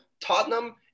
Tottenham